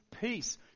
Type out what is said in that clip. peace